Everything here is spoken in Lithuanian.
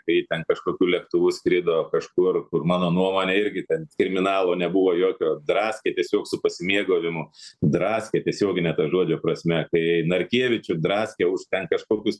kai ji ten kažkokiu lėktuvu skrido kažkur kur mano nuomone irgi ten kriminalo nebuvo jokio draskė tiesiog su pasimėgavimu draskė tiesiogine to žodžio prasme tai narkievičių draskė už ten kažkokius